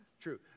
True